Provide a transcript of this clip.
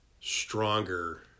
stronger